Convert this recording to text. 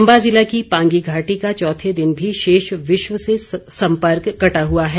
चंबा जिला की पांगी घाटी का चौथे दिन भी शेष विश्व से संपर्क कटा हुआ है